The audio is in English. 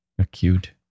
acute